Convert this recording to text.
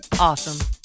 awesome